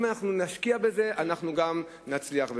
אם נשקיע בזה אנחנו גם נצליח.